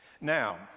Now